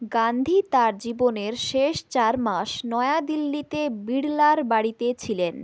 গান্ধি তার জীবনের শেষ চার মাস নয়া দিল্লিতে বিড়লার বাড়িতে ছিলেন